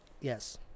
Yes